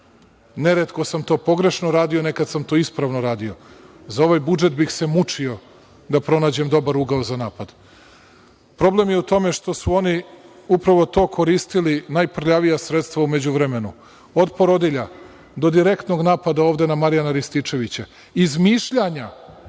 Neretko sam to pogrešno radio, nekada sam to ispravno radio. Za ovaj budžet bih se mučio da pronađem dobar ugao za napad. Problem je u tome što su oni upravo to koristili najprljavija sredstva u međuvremenu, od porodilja, do direktnog napada ovde na Marijana Rističevića, izmišljanja